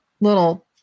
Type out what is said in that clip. little